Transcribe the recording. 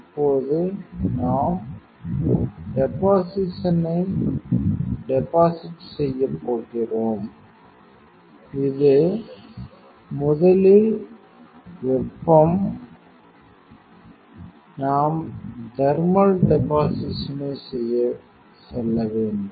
இப்போது நாம் டெபாசிஷனை டெபாசிட் செய்யப் போகிறோம் இது முதலில் வெப்பம் நாம் தெர்மல் டெபாசிஷனை செய்ய செல்ல வேண்டும்